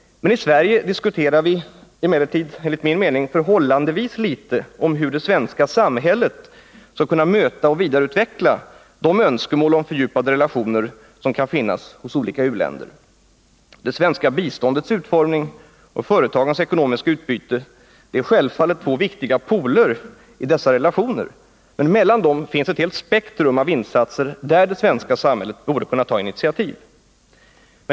I Sverige diskuterar vi emellertid enligt min mening förhållandevis litet om hur det svenska samhället skall kunna möta och vidareutveckla de önskemål om fördjupade relationer som kan finnas hos olika u-länder. Det svenska biståndets utformning och företagens ekonomiska utbyte är självfallet två viktiga poler i dessa relationer, men mellan dem finns ett helt spektrum av insatser där det svenska samhället borde kunna ta initiativ.